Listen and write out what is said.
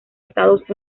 estados